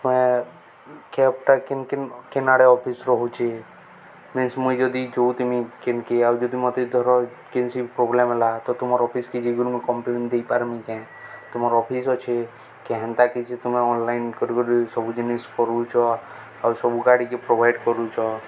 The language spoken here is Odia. ତମେ କ୍ୟାବଟା କେନ୍ କେନ କେନାଡ଼େ ଅଫିସ ରହୁଛେ ମିନ୍ସ ମୁଇଁ ଯଦି ଯୋଉ ତମ କେନ୍କେ ଆଉ ଯଦି ମତେ ଧର କେନ୍ସି ପ୍ରୋବ୍ଲେମ୍ ହେଲା ତୁମର ଅଫିସ କିେ ଯେଗରୁ ମୁଁ କମ୍ପ୍ଲେନ୍ ଦେଇପାରମି କେ ତୁମର ଅଫିସ ଅଛେ କେ ହେନ୍ତା କି ଯେ ତୁମେ ଅନଲାଇନ୍ କର କରି ସବୁ ଜିନିଷ୍ କରୁଚ ଆଉ ସବୁ ଗାଡ଼ିିକେ ପ୍ରୋଭାଇଡ଼ କରୁଚ